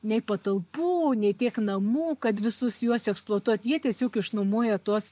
nei patalpų nei tiek namų kad visus juos eksploatuot jie tiesiog išnuomoja tuos